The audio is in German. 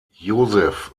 josef